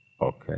Okay